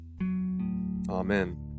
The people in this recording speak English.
Amen